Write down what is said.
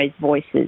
voices